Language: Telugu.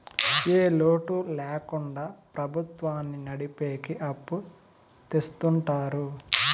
ఏ లోటు ల్యాకుండా ప్రభుత్వాన్ని నడిపెకి అప్పు చెత్తుంటారు